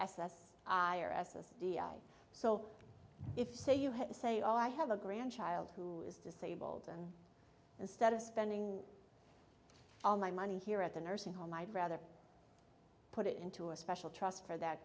s s so if say you had to say oh i have a grandchild who is disabled and instead of spending all my money here at the nursing home i'd rather put it into a special trust for that